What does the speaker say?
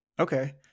Okay